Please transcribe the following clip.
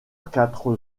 quatre